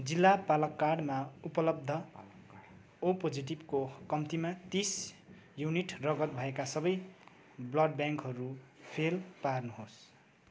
जिल्ला पालक्काडमा उपलब्ध ओ पोजिटीभको कम्तीमा तिस युनिट रगत भएका सबै ब्लड ब्याङ्कहरू फेल पार्नुहोस्